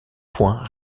point